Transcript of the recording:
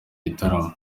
gitaramo